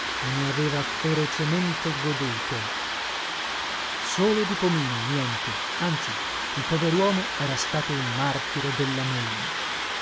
e ne aveva ferocemente goduto solo di pomino niente anzi il poveruomo era stato un martire della moglie